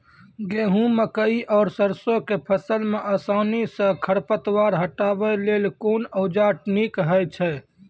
गेहूँ, मकई आर सरसो के फसल मे आसानी सॅ खर पतवार हटावै लेल कून औजार नीक है छै?